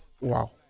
Wow